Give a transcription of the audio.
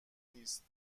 نیست